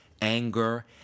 anger